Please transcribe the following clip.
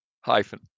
Hyphen